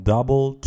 Double